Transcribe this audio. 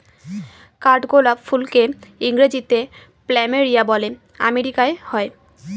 কাঠগোলাপ ফুলকে ইংরেজিতে প্ল্যামেরিয়া বলে আমেরিকায় হয়